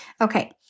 Okay